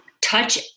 Touch